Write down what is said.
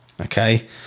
okay